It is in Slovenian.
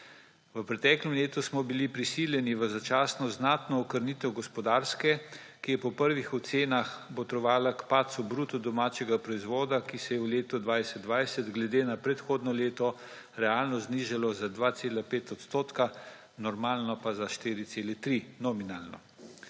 V preteklem letu smo bili prisiljeni v začasno znatno okrnitev gospodarske rasti, ki je po prvi ocenah botrovala k padcu bruto domačega proizvoda, ki se je v letu 2020 glede na predhodno leto realno znižalo za 2,5 %, normalno pa za 4,3 nominalno.